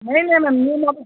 नहीं मेम